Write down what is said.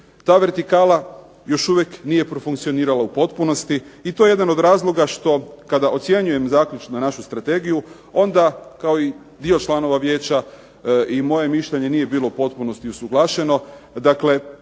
Ta vertikala još uvijek nije profunkcionirala u potpunosti i to je jedan od razloga što kada ocjenjujem zaključno našu strategiju onda kao i dio članova vijeća i moje mišljenje nije bilo u potpunosti usuglašeno.